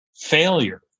failure